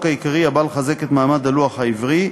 העיקרי הבא לחזק את מעמד הלוח העברי,